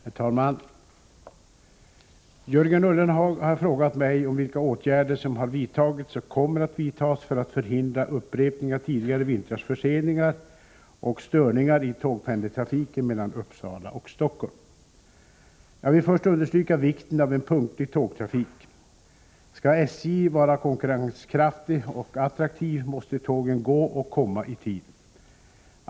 Herr talman! Jörgen Ullenhag har frågat mig om vilka åtgärder som har vidtagits och kommer att vidtas för att förhindra en upprepning av tidigare vintrars förseningar och störningar i tågpendeltrafiken mellan Uppsala och Stockholm. Jag vill först understryka vikten av en punktlig tågtrafik. Skall SJ vara konkurrenskraftigt och attraktivt måste tågen gå och komma i tid.